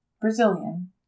Brazilian